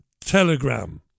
Telegram